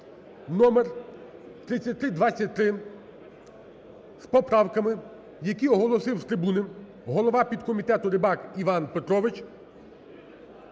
(№ 3323) з поправками, які оголосив з трибуни голова підкомітету Рибак Іван Петрович